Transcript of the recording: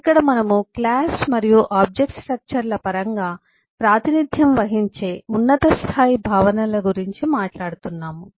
ఇక్కడ మనము క్లాస్ మరియు ఆబ్జెక్ట్ స్ట్రక్చర్ల పరంగా ప్రాతినిధ్యం వహించే ఉన్నత స్థాయి భావనల గురించి మాట్లాడుతున్నాము